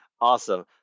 Awesome